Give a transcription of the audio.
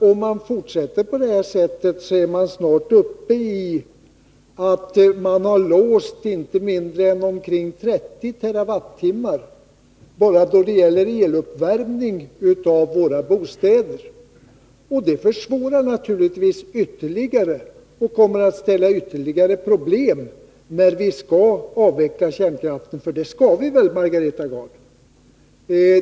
Om man fortsätter på detta sätt har man snart låst inte mindre än omkring 30 TWh bara för eluppvärmning av våra bostäder. Det kommer naturligtvis att ställa oss inför ytterligare problem när vi skall avveckla kärnkraften — för det skall vi väl, Margareta Gard?